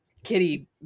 Kitty